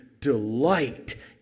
delight